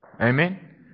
Amen